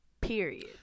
Period